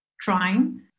trying